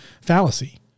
fallacy